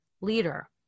leader